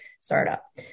startup